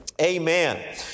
Amen